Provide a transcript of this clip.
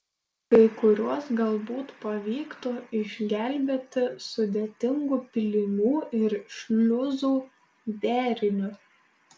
kai kuriuos galbūt pavyktų išgelbėti sudėtingu pylimų ir šliuzų deriniu